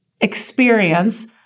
experience